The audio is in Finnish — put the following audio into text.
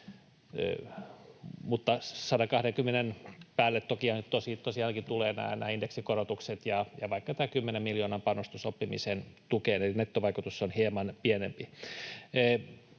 mutta 120:n päälle tosiaankin tulevat nämä indeksikorotukset ja vaikka tämä kymmenen miljoonan panostus oppimisen tukeen, eli nettovaikutus on hieman pienempi.